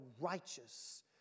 righteous